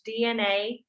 DNA